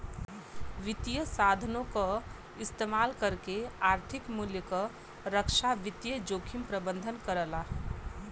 वित्तीय साधनों क इस्तेमाल करके आर्थिक मूल्य क रक्षा वित्तीय जोखिम प्रबंधन करला